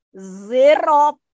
zero